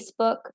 Facebook